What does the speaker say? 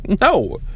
No